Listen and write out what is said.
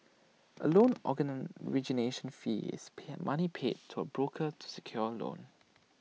A loan origination fee is paid money paid to A broker to secure A loan